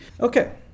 Okay